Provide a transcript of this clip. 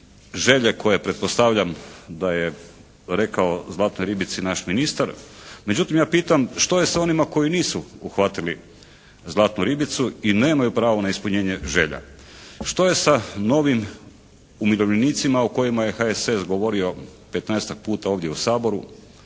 želje koje pretpostavljam da je dao zlatnoj ribici naš ministar, međutim ja pitam što je sa onima koji nisu uhvatili zlatnu ribicu i nemaju pravo na ispunjenje želja? Što je sa novim umirovljenicima o kojima je HSS govorio 15-tak puta ovdje u Saboru?